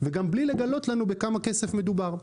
וגם בלי לגלות לנו בכמה כסף מדובר,